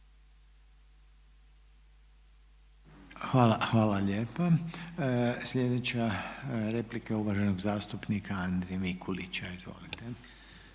(HDZ)** Hvala lijepa. Sljedeća replika je uvaženog zastupnika Andrije Mikulića, izvolite.